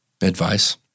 advice